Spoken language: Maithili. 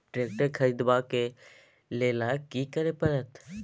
ट्रैक्टर खरीदबाक लेल की करय परत?